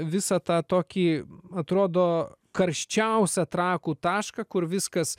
visą tą tokį atrodo karščiausią trakų tašką kur viskas